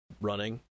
running